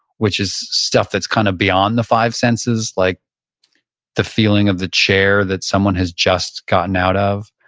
which is stuff that's kind of beyond the five senses. like the feeling of the chair that someone has just gotten out of.